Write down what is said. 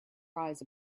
rise